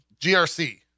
GRC